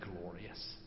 glorious